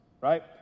right